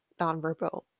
nonverbal